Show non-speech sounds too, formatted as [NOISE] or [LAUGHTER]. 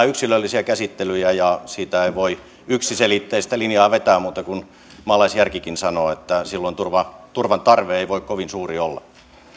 [UNINTELLIGIBLE] yksilöllisiä käsittelyjä ja siitä ei voi yksiselitteistä linjaa vetää muuta kuin että maalaisjärkikin sanoo että silloin turvan tarve ei voi kovin suuri olla